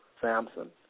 Samson